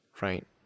right